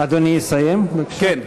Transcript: אדוני יסיים, בבקשה.